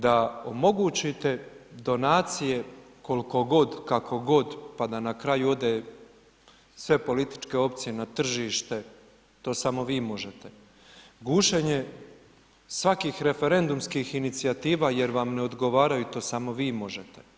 Da omogućite donacije koliko god, kako god pa da na kraju ode sve političke opcije na tržište, to samo vi možete, gušenje svakih referendumskih inicijativa jer vam ne odgovaraju, to samo vi možete.